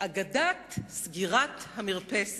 אגדת סגירת המרפסת,